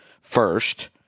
first